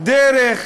דרך